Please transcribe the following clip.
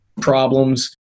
problems